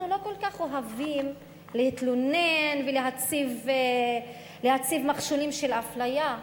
אנחנו לא כל כך אוהבים להתלונן ולהציב מכשולים של אפליה.